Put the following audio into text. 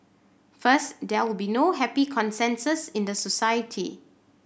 first there will be no happy consensus in the society